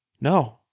No